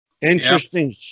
Interesting